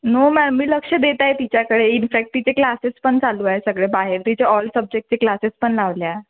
no ma'am मी लक्ष देते आहे तिच्याकडे इन्फॅक्ट तिचे क्लासेसपण चालू आहे सगळं बाहेर तिचे ऑल सब्जेक्टचे क्लासेसपण लावल्या